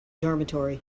dormitory